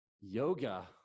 yoga